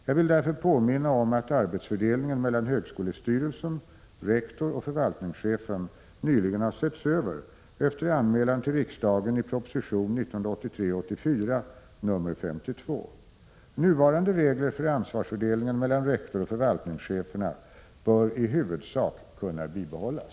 Jag vill därför påminna om att arbetsfördelningen mellan högskolestyrelsen, rektor och förvaltningschefen nyligen har setts över, efter anmälan till riksdagen i propositionen 1983/84:52. Nuvarande regler för ansvarsfördelningen mellan rektor och förvaltningscheferna bör i huvudsak kunna bibehållas.